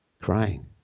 crying